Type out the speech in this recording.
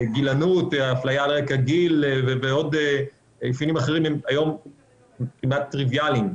אפליה על רק גיל ועוד אפיונים אחרים הם כמעט טריוויאליים היום.